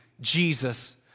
Jesus